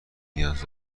نیاز